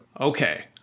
Okay